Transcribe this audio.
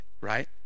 right